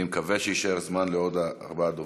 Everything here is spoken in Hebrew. אני מקווה שיישאר זמן לעוד ארבעה דוברים,